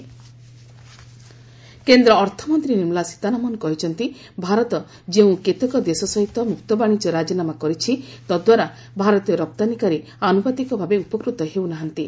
ଚେନ୍ନାଇ ସୀତାରମଣ କେନ୍ଦ୍ର ଅର୍ଥମନ୍ତ୍ରୀ ନିର୍ମଳା ସୀତାରମଣ କହିଛନ୍ତି ଭାରତ ଯେଉଁ କେତେକ ଦେଶ ସହିତ ମୁକ୍ତ ବାଣିଜ୍ୟ ରାଜିନାମା କରିଛି ତଦ୍ୱାରା ଭାରତୀୟ ରପ୍ତାନୀକାରୀ ଆନୁପାତିକଭାବେ ଉପକୃତ ହେଉନାହାନ୍ତି